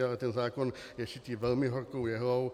Ale ten zákon je šitý velmi horkou jehlou.